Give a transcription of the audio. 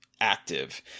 active